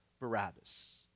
Barabbas